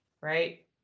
right